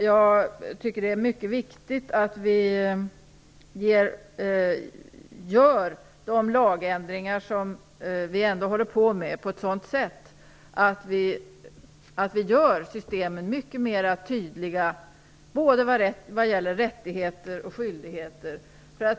Jag tycker att det är mycket viktigt att vi ändrar de akutuella lagarna på ett sådant sätt att systemen blir mycket mera tydliga, när det gäller både rättigheter och skyldigheter.